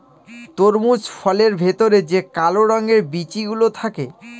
তরমুজ ফলের ভেতরে যে কালো রঙের বিচি গুলো থাকে